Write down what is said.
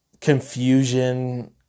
confusion